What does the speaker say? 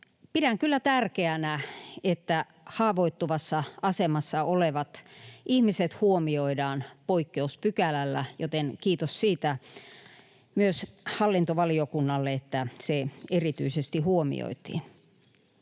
Pidän kyllä tärkeänä, että haavoittuvassa asemassa olevat ihmiset huomioidaan poikkeuspykälällä, joten kiitos siitä myös hallintovaliokunnalle, että se erityisesti huomioitiin.